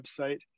website